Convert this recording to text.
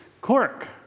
cork